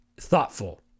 thoughtful